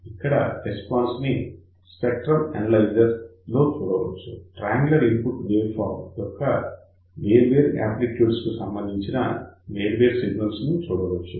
ఇక్కడ రెస్పాన్స్ ని spectrum analyser లో చూడవచ్చు ట్రయాంగులర్ ఇన్పుట్ వేవ్ ఫార్మ్ యొక్క వేర్వేరు యాంప్లిట్యూడ్ కు సంబంధించిన వేర్వేరు సిగ్నల్స్ ను చూడవచ్చు